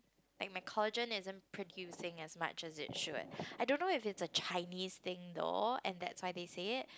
like my collagen isn't producing as much as it should I don't know if it's a Chinese thing though and that's why they say it